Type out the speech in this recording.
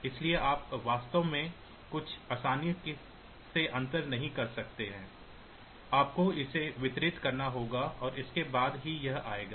इसलिए आप वास्तव में बहुत आसानी से अंतर नहीं कर सकते हैं आपको इसे वितरित करना होगा और उसके बाद ही यह आएगा